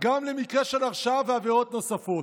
גם למקרה של הרשעה ועבירות נוספות.